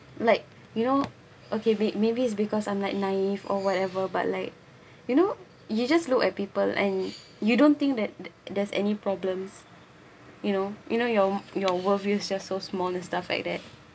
like you know okay may~ maybe it's because I'm like naive or whatever but like you know you just look at people and you don't think that there there's any problems you know you know your your world view is just so small and stuff like that